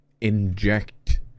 inject